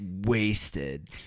wasted